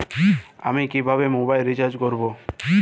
আমি কিভাবে mobile recharge করব?